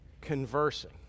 conversing